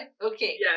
Okay